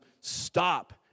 stop